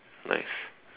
nice